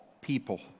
people